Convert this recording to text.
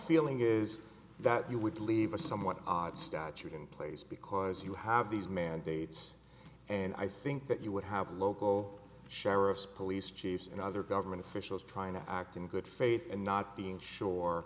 feeling is that you would leave a somewhat odd statute in place because you have these mandates and i think that you would have local sheriffs police chiefs and other government officials trying to act in good faith and not being sure